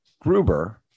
Gruber